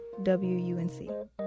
WUNC